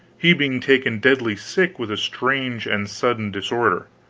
he being taken deadly sick with a strange and sudden disorder.